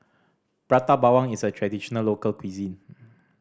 Prata Bawang is a traditional local cuisine